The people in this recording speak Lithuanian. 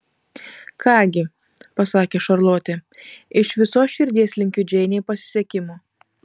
ką gi pasakė šarlotė iš visos širdies linkiu džeinei pasisekimo